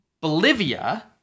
Bolivia